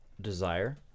desire